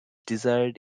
desired